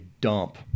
dump